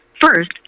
First